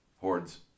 Hordes